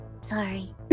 sorry